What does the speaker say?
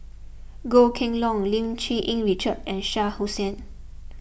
Goh Kheng Long Lim Cherng Yih Richard and Shah Hussain